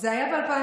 זה היה ב-2015,